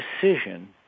decision